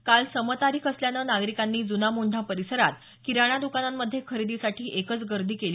काल सम तारीख असल्यानं नागरिकांनी जुना मोंढा परिसरात किराणा दुकानांमध्ये खरेदीसाठी एकच गर्दी केली